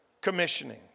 commissioning